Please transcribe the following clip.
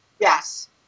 Yes